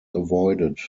avoided